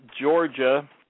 Georgia